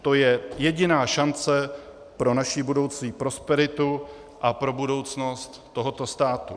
To je jediná šance pro naši budoucí prosperitu a pro budoucnost tohoto státu.